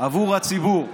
בעבור הציבור.